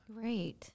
Great